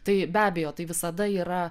tai be abejo tai visada yra